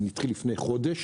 זה התחיל לפני חודש,